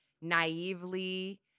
naively